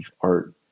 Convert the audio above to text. art